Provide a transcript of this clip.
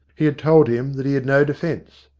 he had told him that he had no defence.